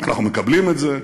אנחנו מקבלים את זה,